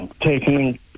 taking